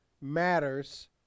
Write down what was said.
matters